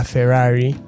Ferrari